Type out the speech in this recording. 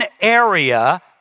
area